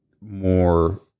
more